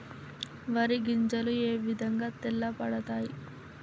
వరి గింజలు ఏ విధంగా తెల్ల పడతాయి?